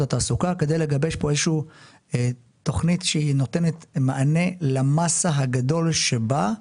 התעסוקה כדי לגבש פה איזושהי תכנית שנותנת מענה למסה הגדולה שבאה,